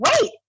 wait